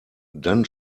dann